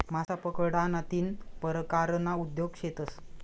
मासा पकडाना तीन परकारना उद्योग शेतस